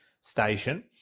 station